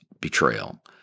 betrayal